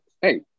hey